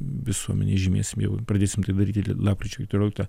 visuomenei žymėsim jau pradėsim daryti lapkričio keturioliktą